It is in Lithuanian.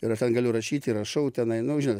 ir aš galiu rašyti ir rašau tenai nu žinot